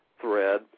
thread